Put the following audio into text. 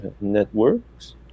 networks